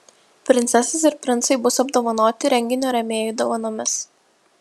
princesės ir princai bus apdovanoti renginio rėmėjų dovanomis